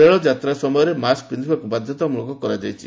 ରେଳ ଯାତ୍ରା ସମୟରେ ମାସ୍କ୍ ପିନ୍ଧିବାକୁ ବାଧ୍ୟତାମଳକ କରାଯାଇଛି